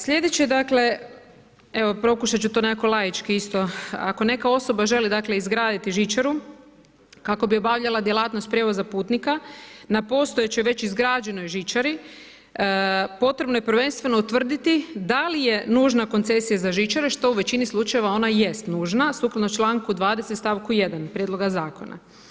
Slijedeće dakle, evo pokušat ću to onako laički isto, ako neka osoba želi dakle izgraditi žičaru kako bi obavljala djelatnost prijevoza putnika na postojećoj već izgrađenoj žičari, potrebno je prvenstveno utvrditi da li je nužna koncesija za žičare što u većini slučajeva ona jest nužna sukladno 20., st. 1. Prijedloga Zakona.